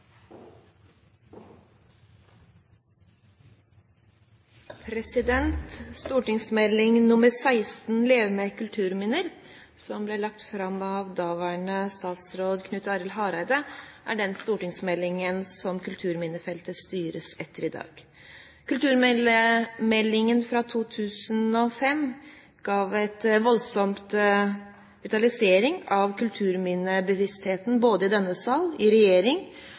16 for 2004–2005 Leve med kulturminner som ble lagt fram av daværende statsråd Knut Arild Hareide, er den stortingsmeldinga som kulturminnefeltet styres etter i dag. Kulturmeldingen fra 2005 ga en voldsom vitalisering av kulturminnebevisstheten både i denne sal, i regjering